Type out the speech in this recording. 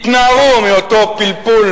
התנערו מאותו פלפול